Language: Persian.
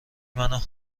منو